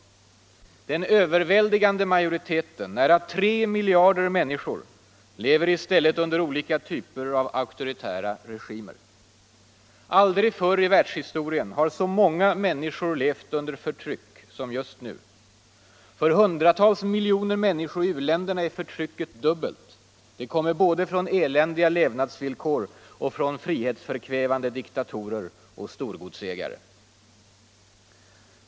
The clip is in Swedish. Den överväldigande majoriteten, nära 3 miljarder människor, lever i stället under olika typer av auktoritära regimer. Aldrig förr i världshistorien har så många människor levt under förtryck som just nu. För hundratals miljoner människor i u-länderna är förtrycket dubbelt. Det kommer både från eländiga levnadsvillkor och från frihetsförkvävande diktatorer och storgodsägare.